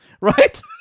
right